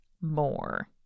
more